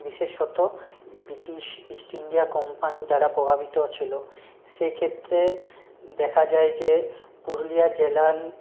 বিশেষত British East India Company দ্বারা প্রভাবিত ছিলো সেক্ষেত্রে দেখা যায় যে পুরুলিয়া জেলার